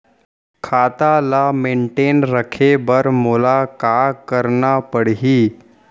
खाता ल मेनटेन रखे बर मोला का करना पड़ही?